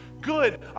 Good